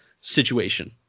situation